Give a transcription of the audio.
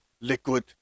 liquid